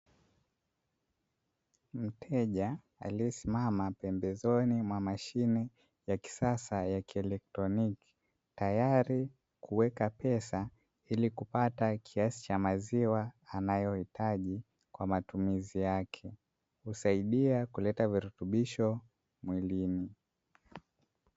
Mteja aliyesimama pembezoni mwa mashine ya kisasa ya kieletroniki, tayari kuweka pesa ili kupata kiasi cha maziwa anayohitaji kwa matumizi yake, husaidia kuleta virutubisho mwilini.